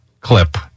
clip